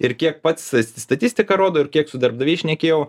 ir kiek pats statistika rodo ir kiek su darbdaviais šnekėjau